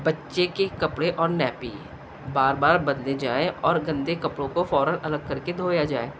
بچے کے کپڑے اور نیپی بار بار بدنے جائیں اور گندے کپڑوں کو فوراً الگ کر کے دھویا جائے